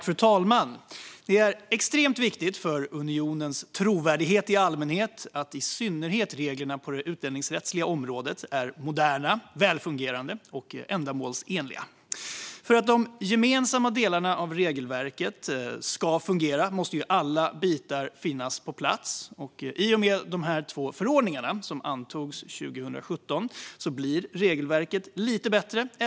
Fru talman! Det är extremt viktigt för unionens trovärdighet i allmänhet att i synnerhet reglerna på det utlänningsrättsliga området är moderna, välfungerande och ändamålsenliga. För att de gemensamma delarna av regelverket ska fungera måste alla bitar finnas på plats. I och med dessa två förordningar, som antogs 2017, blir regelverket lite bättre.